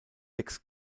sechs